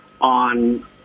on